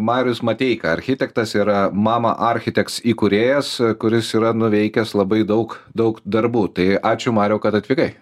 marius mateika architektasir mama architeks įkūrėjas kuris yra nuveikęs labai daug daug darbų tai ačiū mariau kad atvykai